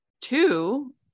two